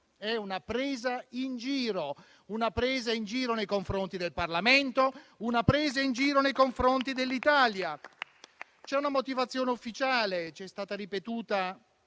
un DEF così è una presa in giro nei confronti del Parlamento, una presa in giro nei confronti dell'Italia. Vi è una motivazione ufficiale, che ci è stata ripetuta